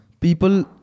People